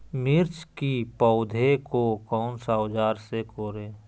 मिर्च की पौधे को कौन सा औजार से कोरे?